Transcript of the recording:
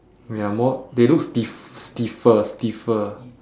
ya more they look stiff~ stiffer stiffer